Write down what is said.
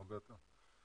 הרבה יותר.